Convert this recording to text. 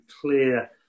clear